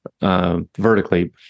vertically